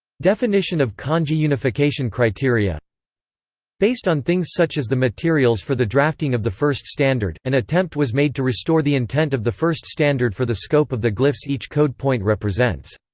definition of kanji unification criteria based on things such as the materials for the drafting of the first standard, an attempt was made to restore the intent of the first standard for the scope of the glyphs each code point represents.